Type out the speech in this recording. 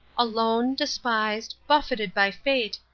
alone, despised, buffeted by fate,